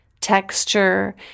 texture